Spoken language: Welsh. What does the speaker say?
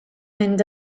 mynd